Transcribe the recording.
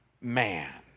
man